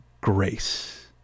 grace